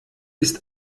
ist